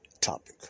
topic